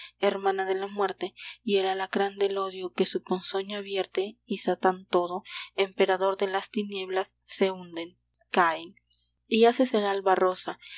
hermana de la muerte y el alacrán del odio que su ponzoña vierte y satán todo emperador de las tinieblas se hunden caen y haces el alba rosa